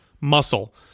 muscle